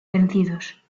vencidos